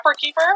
Keeper